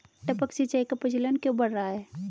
टपक सिंचाई का प्रचलन क्यों बढ़ रहा है?